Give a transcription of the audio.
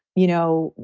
you know,